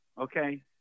Okay